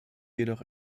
jedoch